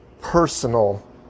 personal